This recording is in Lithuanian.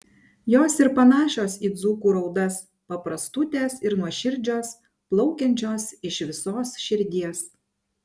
jos ir panašios į dzūkų raudas paprastutės ir nuoširdžios plaukiančios iš visos širdies